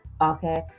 Okay